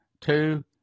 two